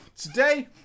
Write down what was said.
Today